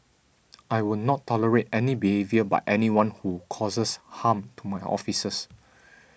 I will not tolerate any behaviour but anyone who causes harm to my officers